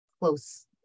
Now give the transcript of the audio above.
close